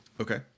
Okay